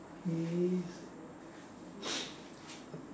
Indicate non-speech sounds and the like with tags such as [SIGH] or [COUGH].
is [NOISE]